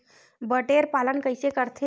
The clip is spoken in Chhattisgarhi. बटेर पालन कइसे करथे?